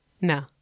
No